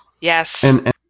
Yes